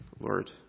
Lord